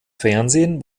fernsehen